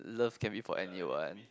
love can be for anyone